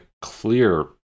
Clear